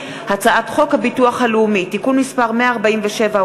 הצעת חוק הביטוח הלאומי (תיקון מס' 147,